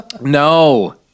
no